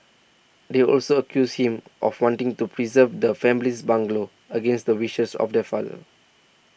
they also accused him of wanting to preserve the family's bungalow against the wishes of their father